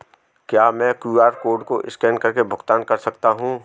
क्या मैं QR code को स्कैन करके भुगतान कर सकता हूं?